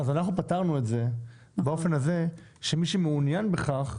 אז אנחנו פתרנו את זה באופן הזה שמי שמעוניין בכך,